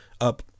up